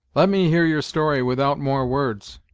let me hear your story without more words.